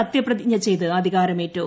സത്യപ്രതിജ്ഞ ചെയ്ത് അധികാരമേറ്റു